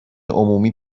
عمومی